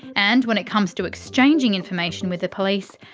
and when it comes to exchanging information with the police.